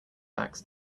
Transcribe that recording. backs